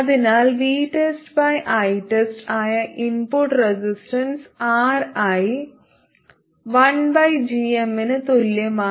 അതിനാൽ VTESTITEST ആയ input resistance Ri 1gm ന് തുല്യമാണ്